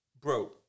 bro